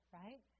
right